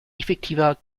effektiver